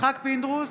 יצחק פינדרוס,